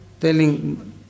telling